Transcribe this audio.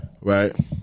Right